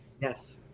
yes